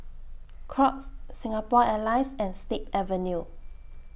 Crocs Singapore Airlines and Snip Avenue